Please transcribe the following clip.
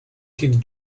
kid